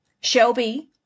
Shelby